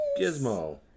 Gizmo